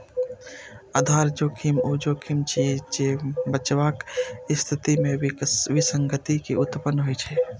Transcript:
आधार जोखिम ऊ जोखिम छियै, जे बचावक स्थिति मे विसंगति के उत्पन्न होइ छै